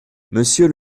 monsieur